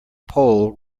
pole